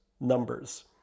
numbers